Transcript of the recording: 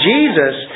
Jesus